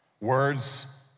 Words